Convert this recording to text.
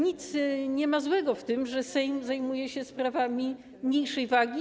Nie ma nic złego w tym, że Sejm zajmuje się sprawami mniejszej wagi.